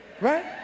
right